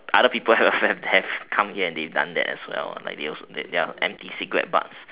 other people have have come here and they've done that as well like there was there are empty cigarette buds